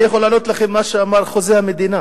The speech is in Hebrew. אני יכול לענות לכם מה שאמר חוזה המדינה